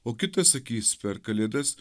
o kitas sakys per kalėdas